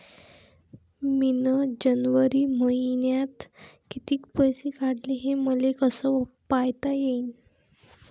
मिन जनवरी मईन्यात कितीक पैसे काढले, हे मले कस पायता येईन?